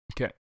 Okay